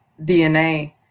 DNA